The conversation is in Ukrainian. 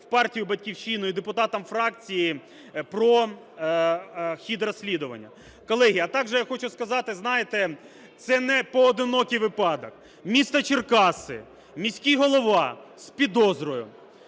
партію "Батьківщина" і депутатам фракції про хід розслідування. Колеги, а также я хочу сказати, знаєте, це непоодинокий випадок. Місто Черкаси: міський голова – з підозрою.